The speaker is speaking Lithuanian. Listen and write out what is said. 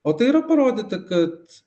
o tai yra parodyta kad